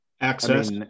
Access